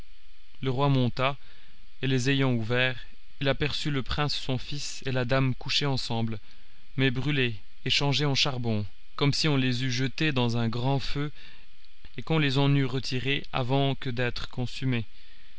le roi monta et les ayant ouverts il aperçut le prince son fils et la dame couchés ensemble mais brûlés et changés en charbon comme si on les eût jetés dans un grand feu et qu'on les en eût retirés avant que d'être consumés